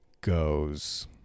goes